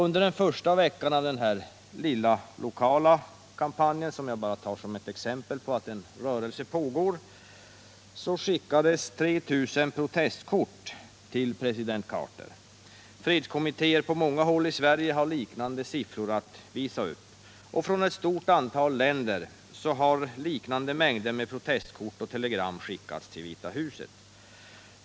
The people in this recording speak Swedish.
Under den första veckan som den lilla lokala kampanjen pågått — och jag tar det här bara som ett exempel på att en rörelse är i gång — skickades 3 000 protestkort till president Carter. Fredskommittéer på många håll i Sverige kan visa upp liknande siffror. Från ett stort antal länder har ungefär lika många protestkort och telegram skickats till Vita huset.